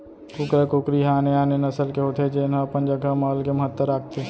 कुकरा कुकरी ह आने आने नसल के होथे जेन ह अपन जघा म अलगे महत्ता राखथे